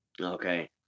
Okay